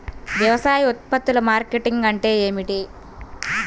వ్యవసాయ ఉత్పత్తుల మార్కెటింగ్ అంటే ఏమిటి?